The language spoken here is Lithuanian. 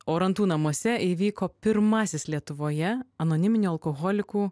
orantų namuose įvyko pirmasis lietuvoje anoniminių alkoholikų